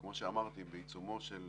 כמו שאמרתי, בעיצומו של